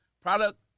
Product